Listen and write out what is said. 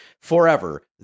forever